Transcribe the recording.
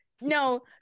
No